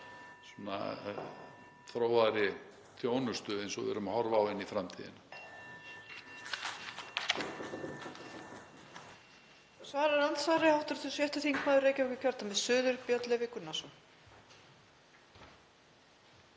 þróaðri þjónustu eins og við erum að horfa á inn í framtíðina.